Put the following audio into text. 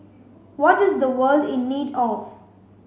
what is the world in need of